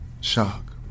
Shock